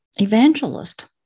evangelist